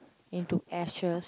into ashes